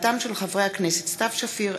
בהצעתם של חברי הכנסת סתיו שפיר,